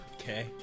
Okay